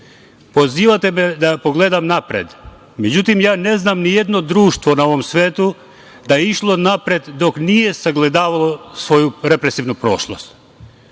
problem. Pozivate me da gledam unapred. Međutim, ja ne znam nijedno društvo na ovom svetu da je išlo napred dok nije sagledalo svoju represivnu prošlost.